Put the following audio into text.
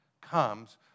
comes